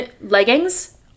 leggings